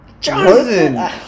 Jonathan